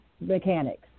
mechanics